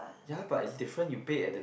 ya but is different you pay at the